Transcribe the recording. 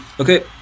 Okay